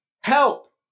help